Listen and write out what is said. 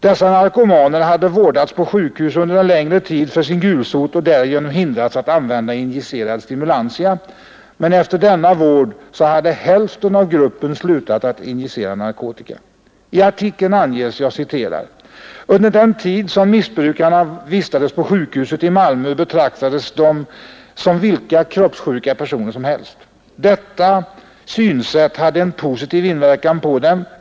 Dessa narkomaner hade vårdats på sjukhus under en längre tid för sin gulsot och därigenom hindrats att använda injicerad stimulantia, men efter denna vård hade hälften av gruppen slutat att injicera narkotika. I artikeln anges: ”Under den tid som missbrukarna vistades på sjukhuset i Malmö betraktades de som vilka kroppssjuka patienter som helst. Detta synsätt hade en positiv inverkan på dem.